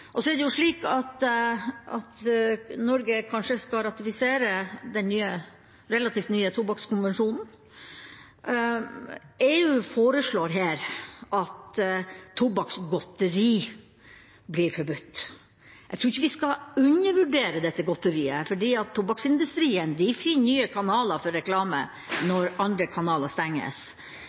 Så er det slik at Norge kanskje skal ratifisere den relativt nye tobakkskonvensjonen. EU foreslår her at tobakksgodteri blir forbudt. Jeg tror ikke vi skal undervurdere dette godteriet, for tobakksindustrien finner nye kanaler for reklame når andre kanaler stenges.